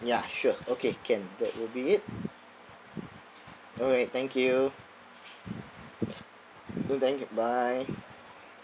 ya sure okay can that will be it alright thank you thank you bye